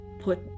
put